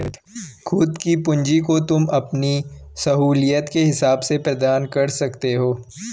खुद की पूंजी को तुम अपनी सहूलियत के हिसाब से प्रदान कर सकते हो